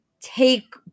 take